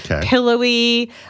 Pillowy